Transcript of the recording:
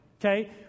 okay